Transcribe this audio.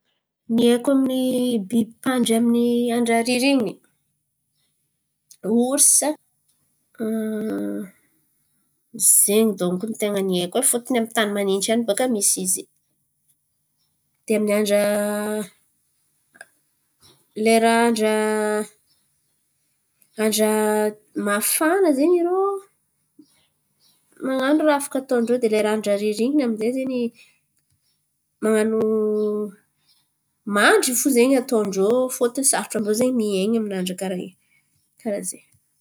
Ny haiko amin’ny biby mpandry amin’ny andra ririny orisa donko ny tain̈a ny haiko. Fôntiny amy tan̈y manitsy an̈y bòka ten̈a misy izy. De amy andra lera andra andra mafana izen̈y irô man̈ano afaka ataon-drô. De le andra ririnina amy zey zen̈y man̈ano mandry fo zen̈y ataon-drô fôtiny sarotro amin-drô izen̈y miain̈a amy andra karà zey.